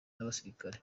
n’abasirikare